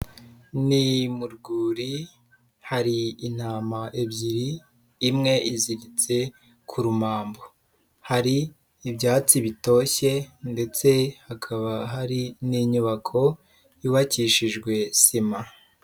Ni mu rwuri, hari intama ebyiri, imwe iziritse ku rumambo. Hari ibyatsi bitoshye, ndetse hakaba hari n'inyubako, yubakishijwe sima.